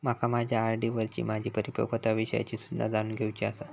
माका माझ्या आर.डी वरची माझी परिपक्वता विषयची सूचना जाणून घेवुची आसा